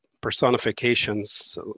personifications